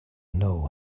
know